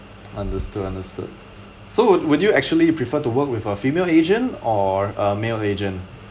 understood understood so would would you actually prefer to work with a female agent or a male agent